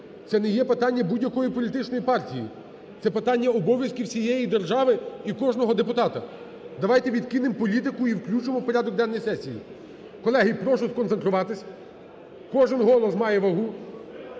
це не є питання будь-якої політичної партії, це питання і обов'язки всієї держави і кожного депутата. Давайте відкинемо політику і включимо в порядок денний сесії. Колеги, прошу сконцентруватися, кожний голос має вагу.